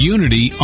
Unity